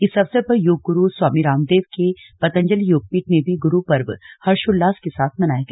इस अवसर पर योग गुरु स्वामी रामदेव के पतंजलि योगपीठ में भी गुरु पर्व हर्षोल्लास के साथ मनाया गया